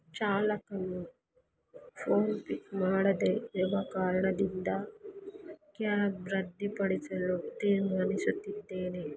ಚಾಲಕನು phone pick ಮಾಡದೇಯಿರುವ ಕಾರಣದಿಂದ cab ರದ್ದು ಪಡಿಸಲು ತೀರ್ಮಾನಿಸುತ್ತಿದ್ದೇನೆ